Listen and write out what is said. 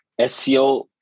SEO